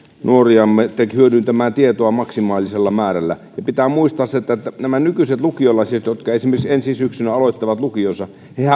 nuoriamme hyödyntämään tietoa maksimaalisella määrällä pitää muistaa se että nämä nykyiset lukiolaisethan jotka esimerkiksi ensi syksynä aloittavat lukionsa